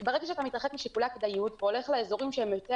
ברגע שאתה מתייחס לשיקולי הכדאיות והולך לאזורים שהם יותר